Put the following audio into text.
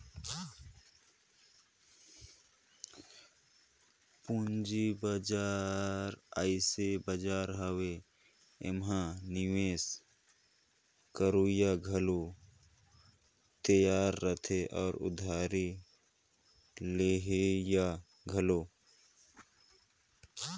पंूजी बजार अइसे बजार हवे एम्हां निवेस करोइया घलो तियार रहथें अउ उधारी लेहोइया घलो